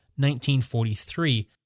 1943